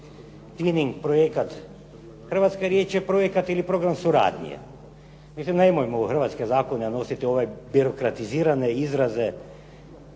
twining projekat, hrvatska riječ je projekat ili program suradnje. Mislim nemojmo u hrvatske zakone unositi ove birokratizirane izraze